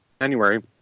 January